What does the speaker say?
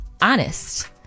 honest